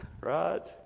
Right